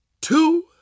two